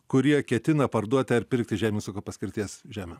kurie ketina parduoti ar pirkti žemės ūkio paskirties žemę